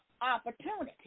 opportunity